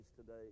today